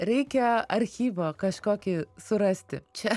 reikia archyvą kažkokį surasti čia